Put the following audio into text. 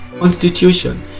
constitution